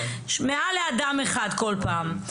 מעל לאדם אחד כל פעם.